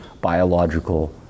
biological